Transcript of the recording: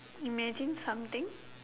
imagine something